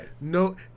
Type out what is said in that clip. No